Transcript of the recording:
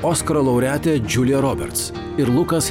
oskaro laureatė džiulija roberts ir lukas